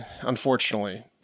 Unfortunately